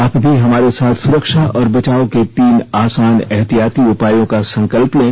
आप भी हमारे साथ सुरक्षा और बचाव के तीन आसान एहतियाती उपायों का संकल्प लें